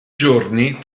giorni